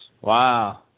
Wow